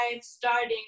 starting